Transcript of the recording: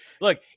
look